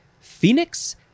Phoenix